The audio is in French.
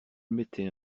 mettait